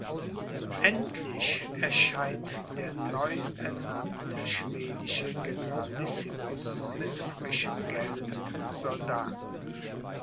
endlich erschien der neu ernannte schwedische generalissimus mit frischem geld und soldaten